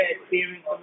experience